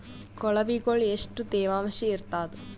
ಕೊಳವಿಗೊಳ ಎಷ್ಟು ತೇವಾಂಶ ಇರ್ತಾದ?